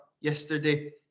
yesterday